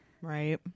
Right